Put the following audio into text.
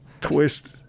twist